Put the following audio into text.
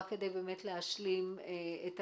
רק כדי להשלים את הנושאים,